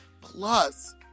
plus